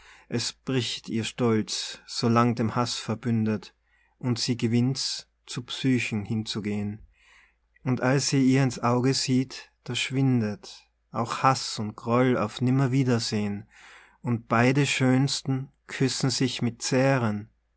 es bricht ihr stolz so lang dem haß verbündet und sie gewinnt's zu psychen hinzugehn und als sie ihr ins auge sieht da schwindet auch haß und groll auf nimmerwiedersehn und beide schönsten küssen sich mit zähren